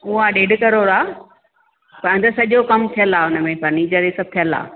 उहा ॾेढ करोड़ आहे पंहिंजो सॼो कमु थियल आहे हुन में फ़र्नीचर उहे सभु थियल आहे